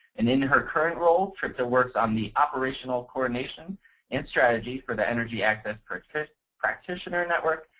and in her current role, tripta works on the operational coordination and strategy for the energy access practitioner practitioner network,